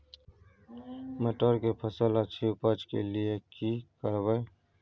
मटर के फसल अछि उपज के लिये की करबै?